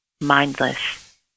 mindless